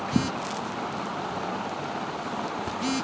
টাকা ম্যাচিওরড হবার পর কেমন করি টাকাটা তুলিম?